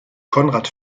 konrad